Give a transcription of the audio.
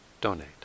donate